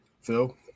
Phil